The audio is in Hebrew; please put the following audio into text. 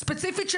ספציפית,